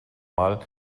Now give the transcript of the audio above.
mal